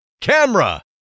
Camera